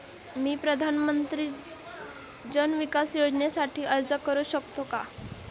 मी प्रधानमंत्री जन विकास योजनेसाठी अर्ज करू शकतो का?